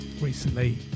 recently